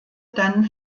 dann